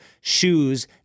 shoes